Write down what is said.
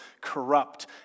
corrupt